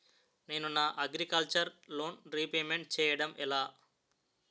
నేను నా agriculture loan repayment చేయడం ఎలా?